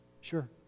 Sure